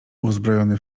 uzbrojony